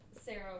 Sarah